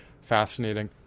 fascinating